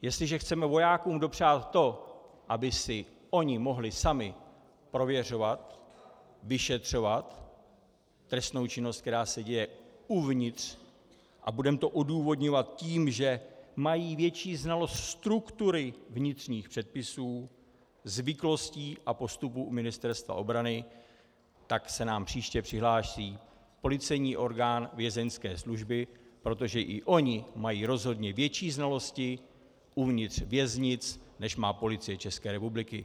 Jestliže chceme dopřát vojákům to, aby si oni mohli sami prověřovat, vyšetřovat trestnou činnost, která se děje uvnitř, a budeme to odůvodňovat tím, že mají větší znalost struktury vnitřních předpisů, zvyklostí a postupů u Ministerstva obrany, tak se nám příště přihlásí policejní orgán Vězeňské služby, protože i oni mají rozhodně větší znalosti uvnitř věznic, než má Policie České republiky.